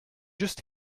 just